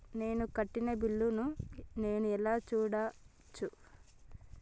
నేను కట్టిన బిల్లు ను నేను ఎలా చూడచ్చు?